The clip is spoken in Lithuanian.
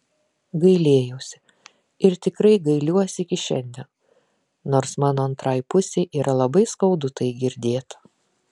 gailėjausi ir tikrai gailiuosi iki šiandien nors mano antrai pusei yra labai skaudu tai girdėt